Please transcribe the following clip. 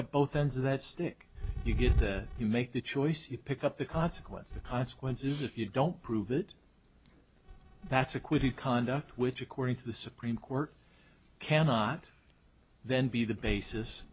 up both ends of that stick you get you make the choice you pick up the consequence the consequences if you don't prove it that's acquitted conduct which according to the supreme court cannot then be the basis